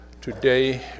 today